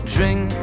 Drink